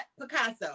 Picasso